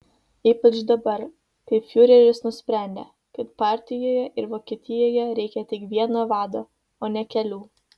ypač dabar kai fiureris nusprendė kad partijoje ir vokietijoje reikia tik vieno vado o ne kelių